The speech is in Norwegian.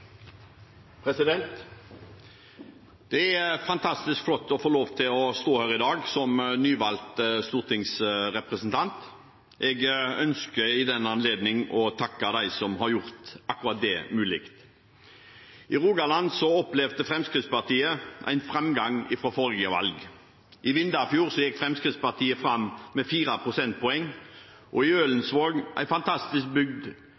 fantastisk flott å få lov til å stå her i dag som nyvalgt stortingsrepresentant. Jeg ønsker i den anledning å takke dem som har gjort akkurat det mulig. I Rogaland opplevde Fremskrittspartiet en framgang fra forrige valg. I Vindafjord gikk Fremskrittspartiet fram med 4 prosentpoeng, og i Ølensvåg, en fantastisk bygd